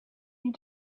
you